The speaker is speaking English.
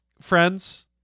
friends